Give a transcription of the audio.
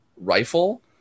rifle